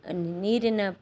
ನೀರಿನ